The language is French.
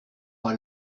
pas